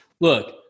look